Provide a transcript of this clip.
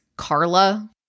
Carla